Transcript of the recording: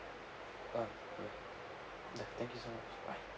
uh no ya thank you so much bye